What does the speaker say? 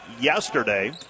yesterday